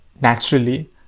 naturally